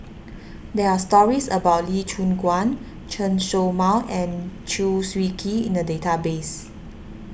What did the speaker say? there are stories about Lee Choon Guan Chen Show Mao and Chew Swee Kee in the database